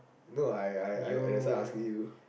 no I I I I that's why I asking you